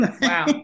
Wow